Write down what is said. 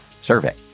survey